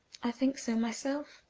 i think so myself,